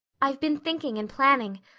i've been thinking and planning.